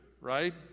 right